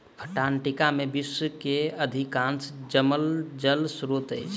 Antarctica में विश्व के अधिकांश जमल जल स्त्रोत अछि